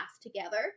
together